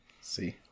See